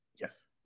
Yes